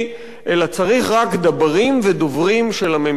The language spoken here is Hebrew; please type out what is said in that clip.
אלא צריך רק דברים ודוברים של הממשלה.